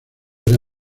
era